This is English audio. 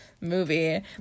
movie